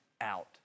out